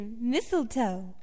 mistletoe